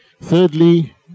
Thirdly